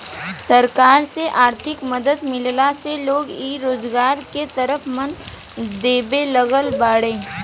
सरकार से आर्थिक मदद मिलला से लोग इ रोजगार के तरफ मन देबे लागल बाड़ें